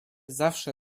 zawsze